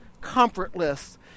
comfortless